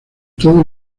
todo